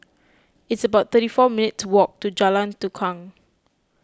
it's about thirty four minutes' walk to Jalan Tukang